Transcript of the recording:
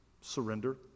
surrender